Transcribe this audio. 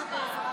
אוה,